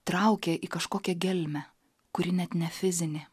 traukia į kažkokią gelmę kuri net ne fizinė